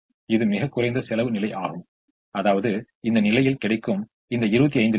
எனவே இப்போது இங்கே பார்க்கப்படாத இரண்டாவது நிலையைப் பற்றி இப்பொழுது பார்ப்போம்